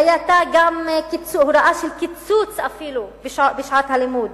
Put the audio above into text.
היתה גם הוראה של קיצוץ אפילו בשעות הלימוד,